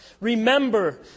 Remember